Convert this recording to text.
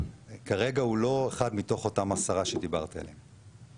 אבל כרגע הוא לא אחד מתוך אותם עשרה שדיברתי עליהם.